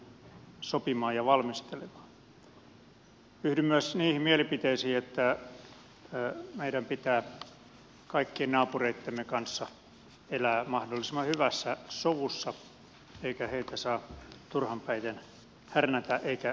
yhdyn myös niihin mielipiteisiin että meidän pitää kaikkien naapureittemme kanssa elää mahdollisimman hyvässä sovussa eikä heitä saa turhanpäiten härnätä eikä kiusata